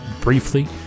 briefly